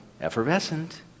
effervescent